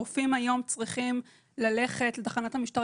רופאים היום צריכים ללכת לתחנת המשטרה